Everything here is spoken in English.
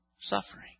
suffering